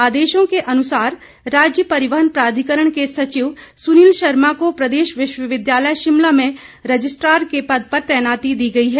आदेशो के अनुसार राज्य परिवहन प्राधिकरण के सचिव सुनील शर्मा को प्रदेश विश्वविद्यालय शिमला में रजिस्ट्रार के पद पर तैनाती दी है